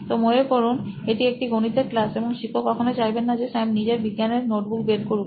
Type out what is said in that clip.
তো মনে করুন এটি একটি গণিতের ক্লাস এবং শিক্ষক কখনো চাইবেন না যে স্যাম নিজের বিজ্ঞানের নোটবুক বের করুক